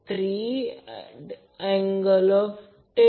36 angle 133